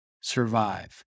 survive